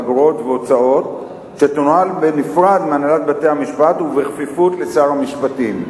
אגרות והוצאות שתנוהל בנפרד מהנהלת בתי-המשפט ובכפיפות לשר המשפטים.